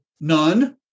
none